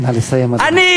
נא לסיים, אדוני.